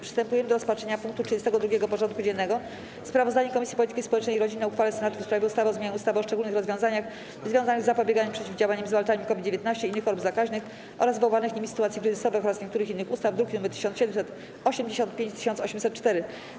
Przystępujemy do rozpatrzenia punktu 32. porządku dziennego: Sprawozdanie Komisji Polityki Społecznej i Rodziny o uchwale Senatu w sprawie ustawy o zmianie ustawy o szczególnych rozwiązaniach związanych z zapobieganiem, przeciwdziałaniem i zwalczaniem COVID-19, innych chorób zakaźnych oraz wywołanych nimi sytuacji kryzysowych oraz niektórych innych ustaw, druki nr 1785 i 1804.